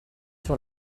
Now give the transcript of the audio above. sur